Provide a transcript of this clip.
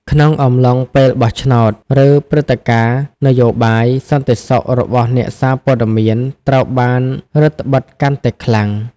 ក្នុងអំឡុងពេលបោះឆ្នោត ឬព្រឹត្តិការណ៍នយោបាយ សន្តិសុខរបស់អ្នកសារព័ត៌មានត្រូវបានរឹតត្បិតកាន់តែខ្លាំង។